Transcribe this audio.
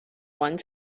one